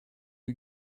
you